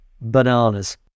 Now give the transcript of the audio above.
bananas